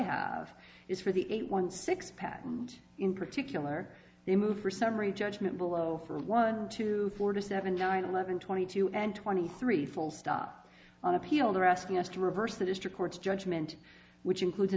have is for the eight one six patent in particular the move for summary judgment below one to four to seven to nine eleven twenty two and twenty three full stop on appeal they're asking us to reverse the district court's judgment which includes a